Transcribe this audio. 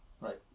Right